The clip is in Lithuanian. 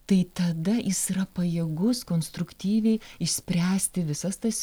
tai tada jis yra pajėgus konstruktyviai išspręsti visas tas